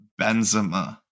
Benzema